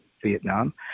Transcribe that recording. Vietnam